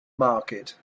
market